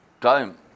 time